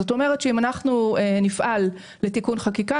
זאת אומרת שאם אנחנו נפעל לתיקון חקיקה,